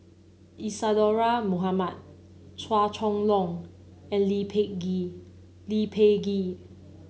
Isadhora Mohamed Chua Chong Long and Lee Peh Gee